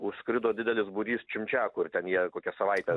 užskrido didelis būrys čimčiakų ir ten jie kokią savaitę